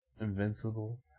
Invincible